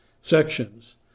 sections